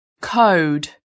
Code